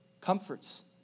comforts